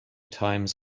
times